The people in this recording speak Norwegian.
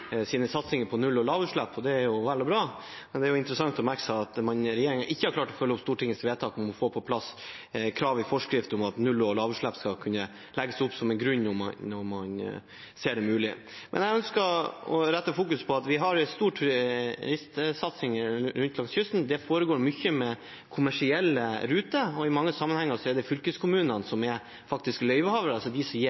på null- og lavutslipp fra ferje og båt. Det er vel og bra, men det er interessant å merke seg at regjeringen ikke har klart å følge opp Stortingets vedtak om å få på plass krav i forskrift om at null- og lavutslipp skal kunne legges til grunn når man ser at det er mulig. Jeg ønsker å fokusere på at vi har en stor turistsatsing langs kysten. Det foregår i stor grad med kommersielle ruter, og i mange sammenhenger er det